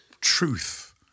truth